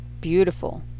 beautiful